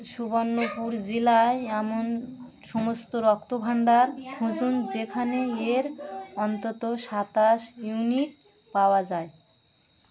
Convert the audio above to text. সুবর্ণপুর জেলায় এমন সমস্ত রক্তভাণ্ডার খুঁজুন যেখানে এর অন্তত সাতাশ ইউনিট পাওয়া যায়